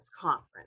conference